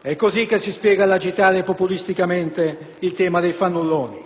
È così che si spiega l'agitare populisticamente il tema dei fannulloni.